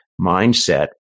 mindset